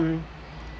mm